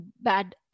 bad